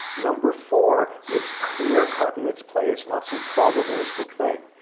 number four, it's clear cut in its play. it's not some probabilistic thing.